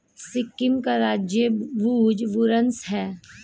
सिक्किम का राजकीय वृक्ष बुरांश है